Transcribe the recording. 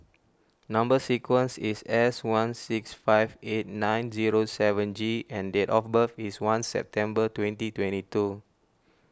Number Sequence is S one six five eight nine zero seven G and date of birth is one September twenty twenty two